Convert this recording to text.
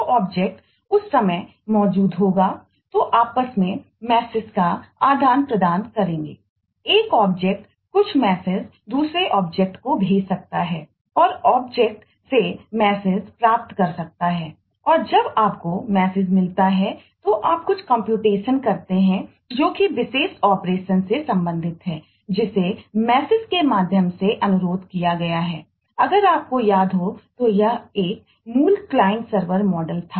तो ऑब्जेक्ट उस समय मौजूद होगा तो वह आपस में संदेश था